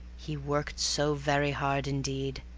he worked so very hard indeed,